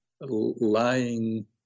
lying